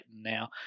now